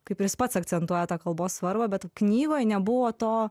kaip ir jis pats akcentuoja tą kalbos svarbą bet knygoj nebuvo to